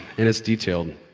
and it's detailed,